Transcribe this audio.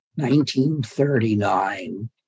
1939